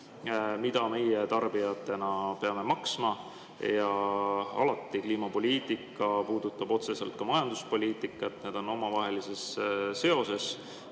mida meie tarbijatena peame maksma. Kliimapoliitika puudutab alati otseselt ka majanduspoliitikat, need on omavahelises seoses.